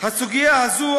הסוגיה הזו,